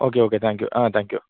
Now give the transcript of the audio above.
okay okay thank you ah thank you